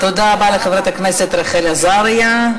תודה רבה לחברת הכנסת רחל עזריה.